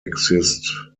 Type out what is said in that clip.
exist